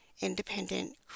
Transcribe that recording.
independent